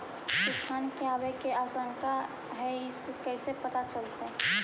तुफान के आबे के आशंका है इस कैसे पता चलतै?